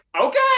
okay